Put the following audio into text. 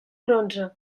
bronze